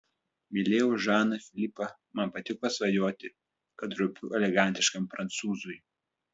mylėjau žaną filipą man patiko svajoti kad rūpiu elegantiškam prancūzui